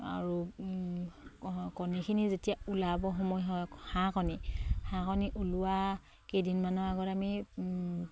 আৰু কণীখিনি যেতিয়া ওলাব সময় হয় হাঁহ কণী হাঁহ কণী ওলোৱা কেইদিনমানৰ আগত আমি